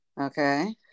Okay